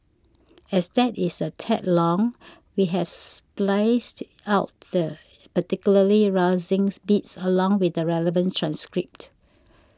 as that is a tad long we've spliced out the particularly rousing bits along with the relevant transcript